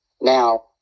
Now